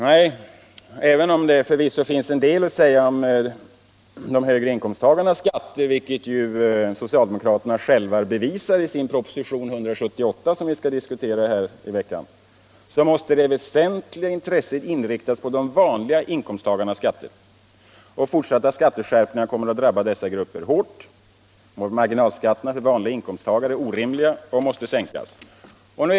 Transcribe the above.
Nej, även om det förvisso finns en del att säga om höginkomsttagarnas skatter, vilket ju socialdemokraterna själva bevisar i propositionen 178, som vi skall diskutera här i veckan, måste det väsentliga intresset inriktas på de vanliga inkomsttagarnas skatter. Fortsatta skatteskärpningar kommer att drabba dessa grupper hårt. Marginalskatterna för vanliga in komsttagare är orimliga. De måste sänkas.